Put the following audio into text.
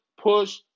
push